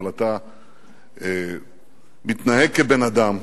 אבל אתה מתנהג כבן-אדם.